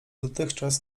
dotychczas